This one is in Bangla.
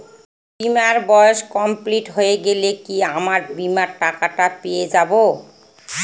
বীমার বয়স কমপ্লিট হয়ে গেলে কি আমার বীমার টাকা টা পেয়ে যাবো?